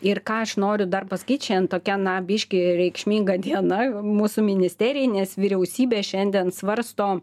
ir ką aš noriu dar pasakyt šiandien tokia na biškį reikšminga diena mūsų ministerijai nes vyriausybė šiandien svarsto